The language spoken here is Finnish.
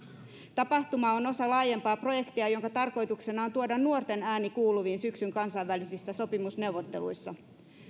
tapahtuma on osa laajempaa projektia jonka tarkoituksena on tuoda nuorten ääni kuuluviin syksyn kansainvälisissä sopimusneuvotteluissa